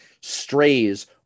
strays